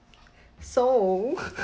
so